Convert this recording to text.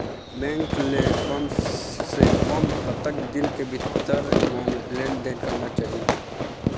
Bank ले कम से कम कतक दिन के भीतर मा लेन देन करना चाही?